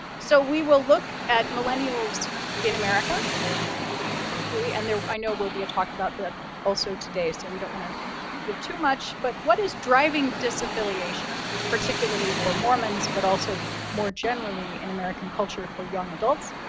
so we will look at millennials in america briefly, and there, i know, will be a talk about that also today, so we don't want to give too much. but what is driving disaffiliation? particularly, for mormons, mormons, but also more generally in american culture for young adults.